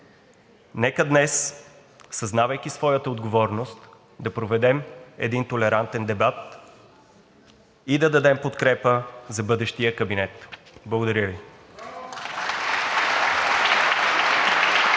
Нека днес, съзнавайки своята отговорност, да проведем един толерантен дебат и да дадем подкрепа за бъдещия кабинет. Благодаря Ви.